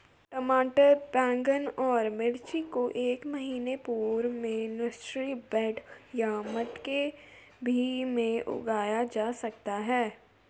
टमाटर बैगन और मिर्ची को एक महीना पूर्व में नर्सरी बेड या मटके भी में उगाया जा सकता है